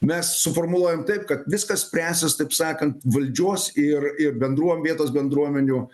mes suformuluojam taip kad viskas spręsis taip sakant valdžios ir ir bendruom vietos bendruomenių